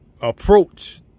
approach